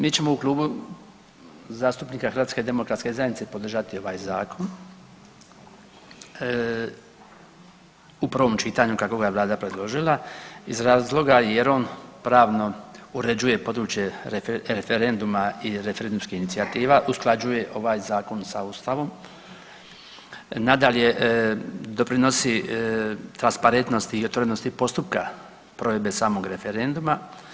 Mi ćemo u Klubu zastupnika HDZ-a podržati ovaj zakon u prvom čitanju kako ga je Vlada predložila iz razloga jer on pravno uređuje područje referenduma i referendumskih inicijativa, usklađuje ovaj zakon sa Ustavom, nadalje, doprinosi transparentnosti i otvorenosti postupka provedbe samoga referenduma.